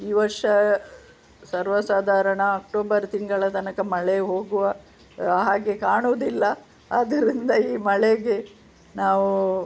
ಈ ವರ್ಷ ಸರ್ವಸಾಧಾರಣ ಅಕ್ಟೋಬರ್ ತಿಂಗಳ ತನಕ ಮಳೆ ಹೋಗುವ ಹಾಗೆ ಕಾಣುವುದಿಲ್ಲ ಆದ್ದರಿಂದ ಈ ಮಳೆಗೆ ನಾವು